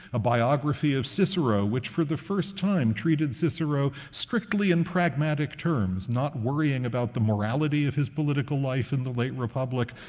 a biography of cicero, which, for the first time, treated cicero strictly in pragmatic terms, not worrying about the morality of his political life in the late republic,